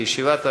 בישיבת הממשלה,